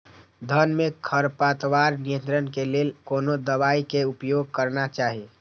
धान में खरपतवार नियंत्रण के लेल कोनो दवाई के उपयोग करना चाही?